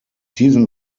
diesen